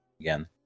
again